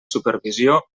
supervisió